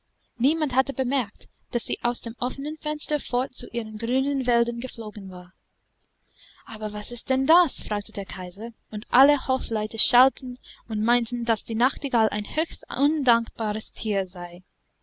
niemand hatte bemerkt daß sie aus dem offenen fenster fort zu ihren grünen wäldern geflogen war aber was ist denn das fragte der kaiser und alle hofleute schalten und meinten daß die nachtigall ein höchst undankbares tier sei